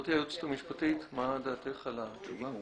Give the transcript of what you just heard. גברתי היועצת המשפטית, מה דעתך על התשובה?